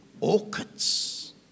Orchids